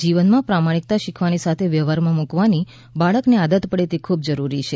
જીવનમાં પ્રમાણિકતા શીખવાની સાથે વ્યવહારમાં મુકવાની બાળકને આદત પડે તે ખુબ જરૂરી છે